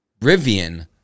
Rivian